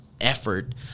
effort